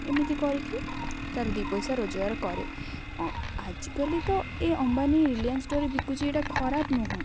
ଏମିତି କରିକି ତା'ର ଦୁଇ ପଇସା ରୋଜଗାର କରେ ଆଜିକାଲି ତ ଏ ଅମ୍ବାନୀ ରିଲିଆନ୍ସ ଷ୍ଟୋର୍ରେ ବିକୁଛି ଏଟା ଖରାପ ନୁହେଁ